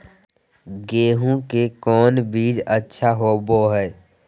गेंहू के कौन बीज अच्छा होबो हाय?